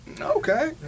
Okay